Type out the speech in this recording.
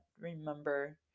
remember